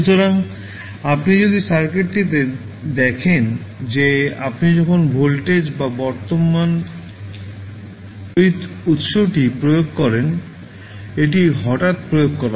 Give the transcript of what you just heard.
সুতরাং আপনি যদি সার্কিটটিতে দেখেন যে আপনি যখন ভোল্টেজ বা তড়িৎ প্রবাহ তড়িৎ উত্সটি প্রয়োগ করেন এটি হঠাৎ প্রয়োগ করা হয়